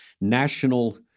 national